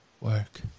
work